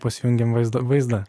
pasijungiam vaizdą vaizdą